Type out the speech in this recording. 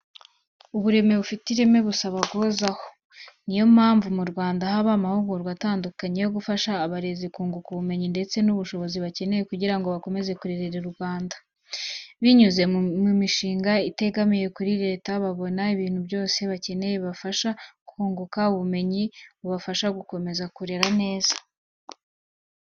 Uburezi bufite ireme busaba guhozaho. Ni yo mpamvu mu Rwanda haba amahugurwa atandukanye yo gufasha abarezi kunguka ubumenyi ndetse n'ubushobozi bakenekeye kugira ngo bakomeze kurerera u Rwanda. Binyuriye mu mishinga itegamiye kuri leta babona ibintu byose bakeneye bibafasha kunguka ubumenyi bubafasha gukomeza kurera neza.